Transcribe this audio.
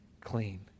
clean